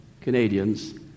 Canadians